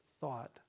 thought